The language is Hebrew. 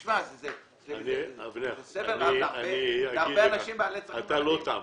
אבנר, אתה לא תם.